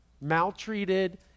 maltreated